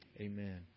Amen